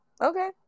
Okay